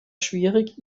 schwierig